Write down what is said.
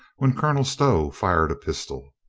when colonel stow fired a pistol.